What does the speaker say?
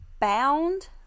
bound